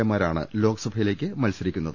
എമാരാണ് ലോക്സഭയിലേക്ക് പോകാൻ മത്സ രിക്കുന്നത്